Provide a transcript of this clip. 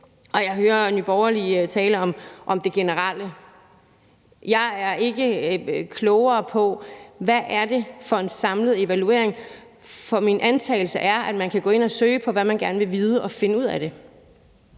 og jeg hører Nye Borgerlige tale om det generelle. Jeg er ikke blevet klogere på, hvad det er for en samlet evaluering, for min antagelse er, at man kan gå ind at søge på, hvad man gerne vil vide, og finde ud af det.